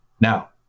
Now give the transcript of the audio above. Now